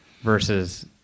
versus